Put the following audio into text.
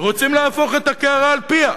רוצים להפוך את הקערה על פיה,